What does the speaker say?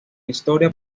historia